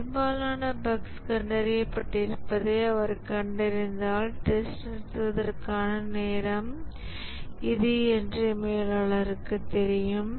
பெரும்பாலான பஃக்ஸ் கண்டறியப்பட்டிருப்பதை அவர் கண்டறிந்தால் டெஸ்ட் நிறுத்துவதற்கான நேரம் இது என்று மேலாளருக்குத் தெரியும்